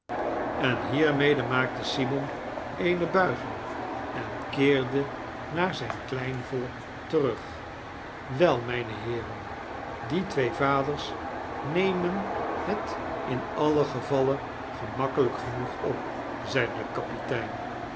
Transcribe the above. en hiermede maakte simon eene buiging en keerde naar zyn klein volk terug wei mynheeren die twee vaders nemen het in alien gevalle gemakkelyk genoeg op f zeide de kapitein